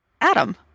adam